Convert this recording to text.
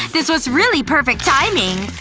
this was really perfect timing